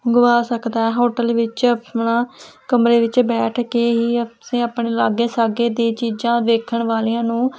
ਮੰਗਵਾ ਸਕਦਾ ਹੋਟਲ ਵਿੱਚ ਆਪਣਾ ਕਮਰੇ ਵਿੱਚ ਬੈਠ ਕੇ ਹੀ ਅਸੀਂ ਆਪਣੇ ਲਾਗੇ ਸਾਗੇ ਦੀ ਚੀਜ਼ਾਂ ਵੇਖਣ ਵਾਲਿਆਂ ਨੂੰ